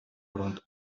өрөөнд